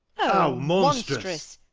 o, monstrous!